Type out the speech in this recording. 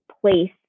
place